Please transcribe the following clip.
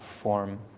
form